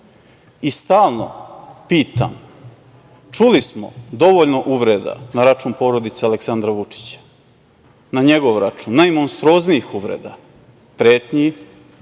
za šta su. Čuli smo dovoljno uvreda na račun porodice Aleksandra Vučića, na njegov račun, najmonstruoznijih uvreda, pretnji